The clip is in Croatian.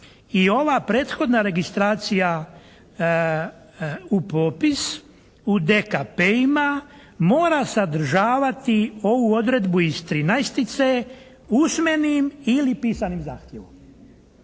I ova prethodna registracija u popis u dekapeima mora sadržavati ovu odredbu iz 13. usmenim ili pisanim zahtjevom